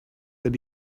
that